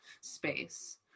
space